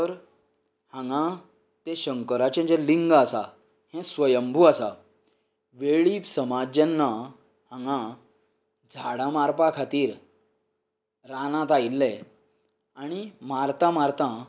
तर हांगा तें शंकराचे जे लिंग आसा हे स्वंयभू आसा वेळीप समाज जेन्ना हांगा झाडां मारपा खातीर रानांत आयिल्ले आनी मारतां मारतां